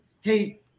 Hey